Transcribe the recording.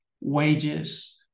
wages